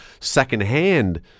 secondhand